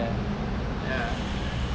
ya